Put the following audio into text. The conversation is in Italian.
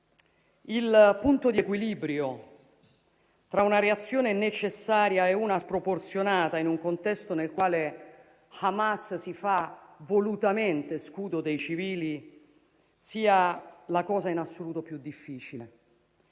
il punto di equilibrio tra una reazione necessaria e una sproporzionata in un contesto nel quale Hamas si fa volutamente scudo dei civili sia la cosa in assoluto più difficile,